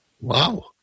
Wow